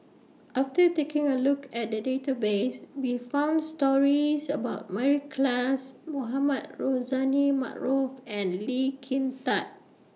after taking A Look At The Database We found stories about Mary Klass Mohamed Rozani Maarof and Lee Kin Tat